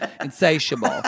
insatiable